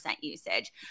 usage